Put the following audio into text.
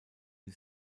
die